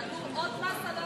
יעלו עוד מס על העניים?